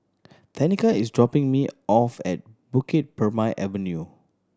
Tenika is dropping me off at Bukit Purmei Avenue